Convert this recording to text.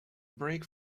break